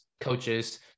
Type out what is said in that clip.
coaches